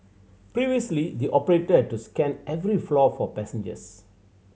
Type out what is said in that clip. previously the operator had to scan every floor for passengers